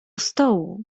stołu